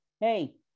hey